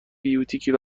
بیوتیک